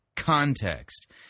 context